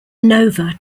nova